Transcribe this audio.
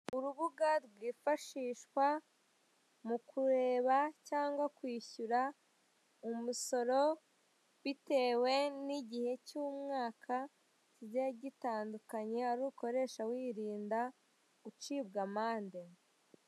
Urubuga rwifashishwa mu kureba cyangwa kwishyura umusoro bitewe n'igihe cy'umwaka kigiye gitandukanye aho urukoresha wirinda gucibwa amande.